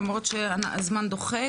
למרות שהזמן דוחק,